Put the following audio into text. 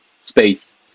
space